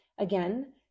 Again